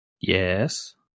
Yes